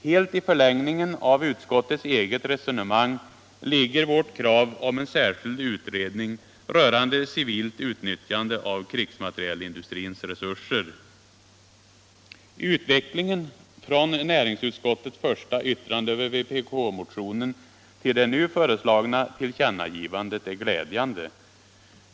Helt i förlängningen av utskottets eget resonemang ligger vårt krav om en särskild utredning rörande civilt utnyttjande av krigsmaterielindustrins resurser. Utvecklingen från näringsutskottets första yttrande över vpk-motionen till det nu föreslagna tillkännagivandet är glädjande.